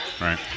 Right